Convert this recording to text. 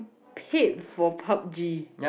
paid for Pub-G